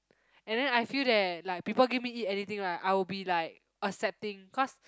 and then I feel that like people give me eat anything right I would be like accepting cause